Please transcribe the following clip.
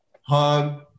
hug